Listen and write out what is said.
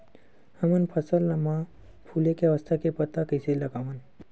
हमन फसल मा फुले के अवस्था के पता कइसे लगावन?